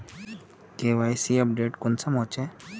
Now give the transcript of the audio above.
KYC update कुंसम होचे?